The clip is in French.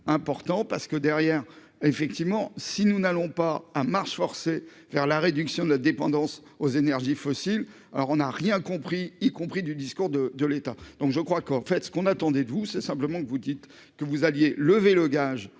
important parce que, derrière, effectivement, si nous n'allons pas un marche forcée vers la réduction de la dépendance aux énergies fossiles, alors on a rien compris, y compris du discours de de l'État, donc je crois qu'en fait ce qu'on attendait de vous, c'est simplement que vous dites que vous alliez levez le gage